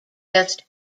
west